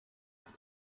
auf